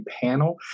panel